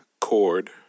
Chord